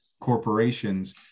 corporations